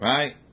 Right